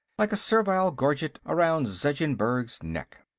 like a servile gorget around zeggensburg's neck.